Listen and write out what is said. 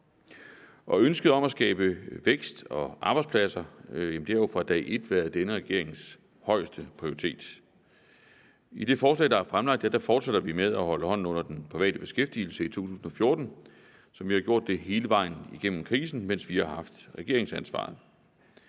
Ønsket om at skabe vækst og arbejdspladser har fra dag et været denne regerings højeste prioritet. I det forslag, der er fremsat, fortsætter vi med at holde hånden under den private beskæftigelse i 2014, som vi har gjort det hele vejen igennem krisen, mens vi har haft regeringsansvaret.